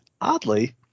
Oddly